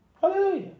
Hallelujah